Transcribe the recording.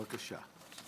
בבקשה.